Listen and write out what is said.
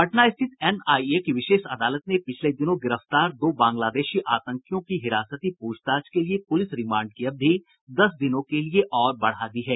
पटना स्थित एनआईए की विशेष अदालत ने पिछले दिनों गिरफ्तार दो बांग्लादेशी आतंकवादियों की हिरासती पूछताछ के लिए पुलिस रिमांड की अवधि दस दिनों के लिये और बढ़ा दी है